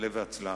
עלה והצלח.